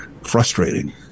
frustrating